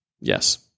yes